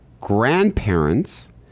grandparents